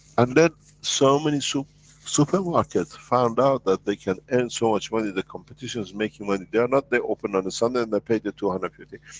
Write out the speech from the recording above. and, then so many so supermarkets found out that they can earn so much money, the competition's making money, they are not. they open on a sunday and they pay the two hundred and fifty.